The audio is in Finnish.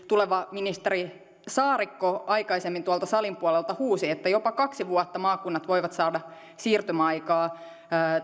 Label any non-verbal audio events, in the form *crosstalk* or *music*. *unintelligible* tuleva ministeri saarikko aikaisemmin tuolta salin puolelta huusi että jopa kaksi vuotta maakunnat voivat saada siirtymäaikaa